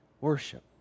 Worship